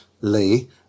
Lee –